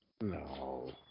No